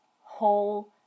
whole